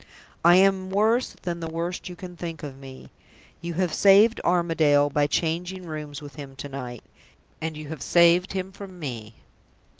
i am worse than the worst you can think of me you have saved armadale by changing rooms with him to-night and you have saved him from me.